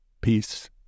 Peace